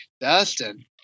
Dustin